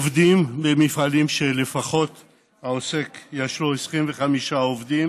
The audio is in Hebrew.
שעובדים במפעלים של 25 עובדים